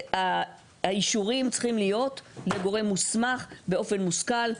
האישורים צריכים להיות בגורם מוסמך באופן מושכל,